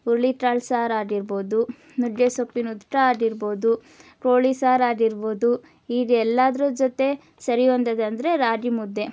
ಹುರುಳಿ ಕಾಳು ಸಾರು ಆಗಿರ್ಬೋದು ನುಗ್ಗೆ ಸೊಪ್ಪಿನ ಆಗಿರ್ಬೋದು ಕೋಳಿ ಸಾರು ಆಗಿರ್ಬೋದು ಹೀಗೆ ಎಲ್ಲಾದರ ಜೊತೆ ಸರಿ ಹೊಂದದು ಅಂದರೆ ರಾಗಿ ಮುದ್ದೆ